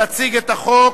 תציג את החוק